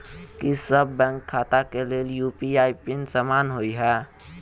की सभ बैंक खाता केँ लेल यु.पी.आई पिन समान होइ है?